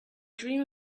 dream